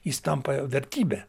jis tampa vertybe